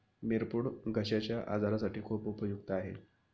मिरपूड घश्याच्या आजारासाठी खूप उपयुक्त आहे